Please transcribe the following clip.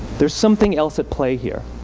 there's something else at play here.